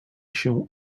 się